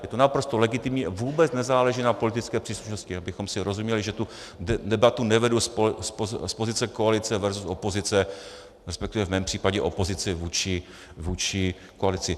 Je to naprosto legitimní, vůbec nezáleží na politické příslušnosti, abychom si rozuměli, že tu debatu nevedu z pozice koalice versus opozice, resp. v mém případě opozice vůči koalici.